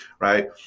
Right